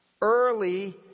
Early